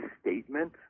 statement